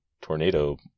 tornado